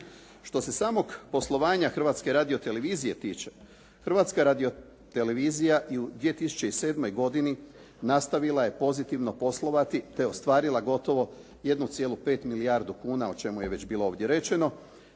Što se samog poslovanja Hrvatske radio-televizije tiče Hrvatska radio-televizija u 2007. godini nastavila je pozitivno poslovati te ostvarila gotovo 1,5 milijardu kuna o čemu je već bilo ovdje rečeno